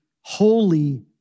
holy